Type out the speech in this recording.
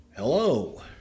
Hello